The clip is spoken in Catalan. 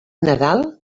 nadal